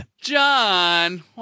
John